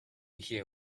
hear